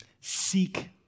seek